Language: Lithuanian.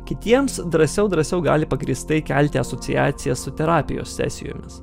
kitiems drąsiau drąsiau gali pagrįstai kelti asociacijas su terapijos sesijomis